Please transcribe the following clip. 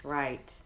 right